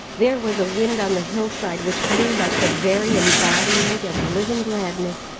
there was a wind on the hillside which blew like the very embodiment of living gladness.